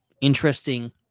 interesting